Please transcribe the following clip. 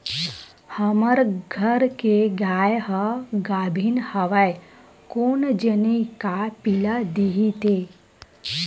हमर घर के गाय ह गाभिन हवय कोन जनी का पिला दिही ते